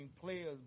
players